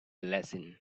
lesson